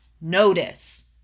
Notice